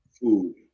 food